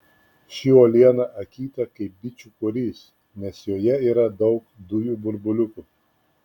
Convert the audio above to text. ši uoliena akyta kaip bičių korys nes joje yra daug dujų burbuliukų